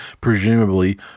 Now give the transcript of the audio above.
presumably